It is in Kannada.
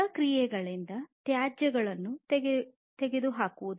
ಪ್ರಕ್ರಿಯೆಗಳಿಂದ ತ್ಯಾಜ್ಯಗಳನ್ನು ತೆಗೆದುಹಾಕುವುದು